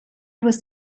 was